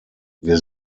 wir